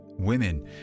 women